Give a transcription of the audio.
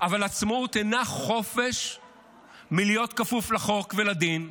אבל עצמאות אינה חופש מלהיות כפוף לחוק ולדין,